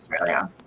Australia